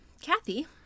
Kathy